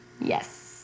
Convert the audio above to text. Yes